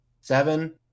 seven